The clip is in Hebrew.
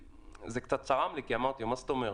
זה קצת צרם לי ושאלתי אותו מה זאת אומרת.